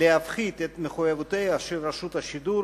להפחית את מחויבויותיה של רשות השידור,